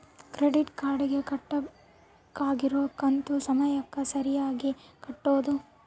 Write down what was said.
credit card ಗೆ ಕಟ್ಬಕಾಗಿರೋ ಕಂತು ಸಮಯಕ್ಕ ಸರೀಗೆ ಕಟೋದು